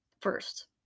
first